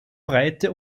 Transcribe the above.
breite